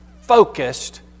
focused